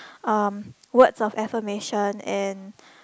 um words of affirmation and